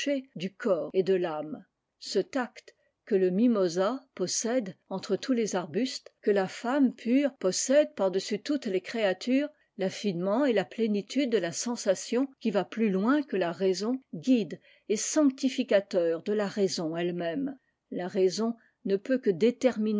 du corps et de l'âme ce tact que le mimosa possède entre tous les arbustes que la femme pure possède par-dessus toutes les créatures l'affinement etia plénitude de la sensation qui va plus loin que la raison guide et sanctificateur dela raison ellemême la raison ne peut que